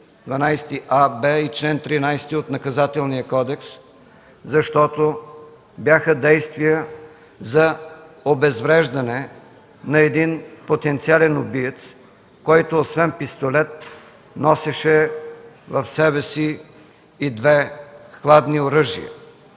12, 12аб и чл. 13 от Наказателния кодекс, защото бяха действия за обезвреждане на един потенциален убиец, който освен пистолет носеше в себе си и две хладни оръжия.